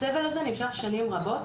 הסבל הזה נמשך שנים רבות,